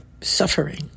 suffering